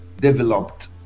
developed